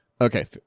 Okay